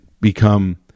become